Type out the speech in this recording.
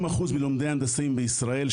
50% מלומדי ההנדסאים בישראל,